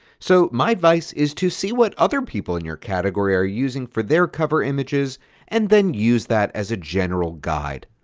so my advice is to see what other people in your category are using for their cover images and then use that as a general guide.